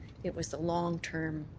it was a long-term